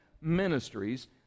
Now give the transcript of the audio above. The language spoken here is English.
ministries